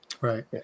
Right